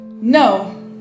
No